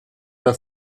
der